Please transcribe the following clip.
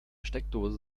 steckdose